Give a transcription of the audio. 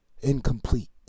Incomplete